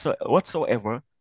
whatsoever